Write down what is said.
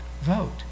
vote